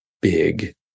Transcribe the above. big